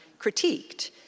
critiqued